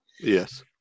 Yes